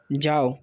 যাও